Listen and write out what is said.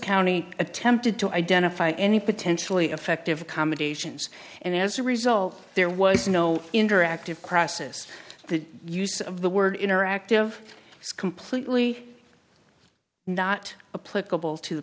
county attempted to identify any potentially effective accommodations and as a result there was no interactive process the use of the word interactive is completely not a political to